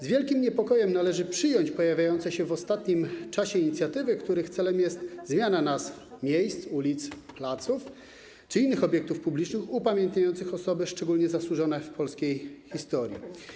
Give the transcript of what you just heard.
Z wielkim niepokojem należy przyjąć pojawiające się w ostatnim czasie inicjatywy, których celem jest zmiana nazw miejsc, ulic i placów czy innych obiektów publicznych upamiętniających osoby szczególnie zasłużone w polskiej historii.